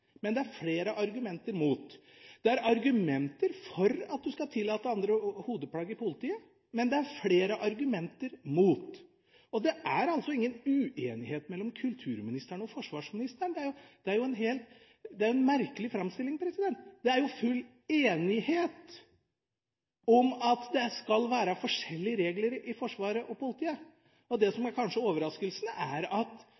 men det er flere argumenter imot. Det er argumenter for at man skal tillate andre hodeplagg i Politiet, men det er flere argumenter imot. Og det er altså ingen uenighet mellom kulturministeren og forsvarsministeren. Det er jo en merkelig framstilling. Det er full enighet om at det skal være forskjellige regler i Forsvaret og Politiet. Det som kanskje er overraskende, er at